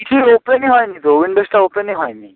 কিছুই ওপেনই হয়নি তো উইন্ডোজটা ওপেনই হয়নি